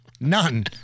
None